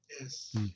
Yes